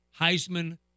Heisman